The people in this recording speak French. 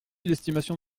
l’estimation